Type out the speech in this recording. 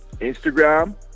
Instagram